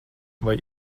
vai